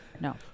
No